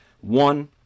One